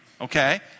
okay